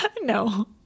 No